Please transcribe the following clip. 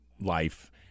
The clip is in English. life